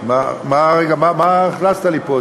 מה הכנסת לי פה?